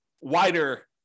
wider